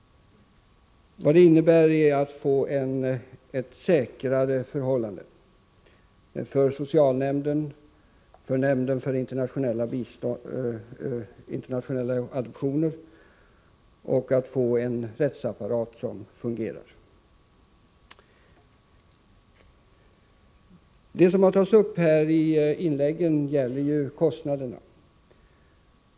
Förslaget innebär att förhållandet blir säkrare för socialnämnden och för nämnden för internationella adoptioner samt att vi får en rättsapparat som fungerar. Det som har tagits upp i debattinläggen gäller kostnaderna.